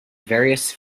various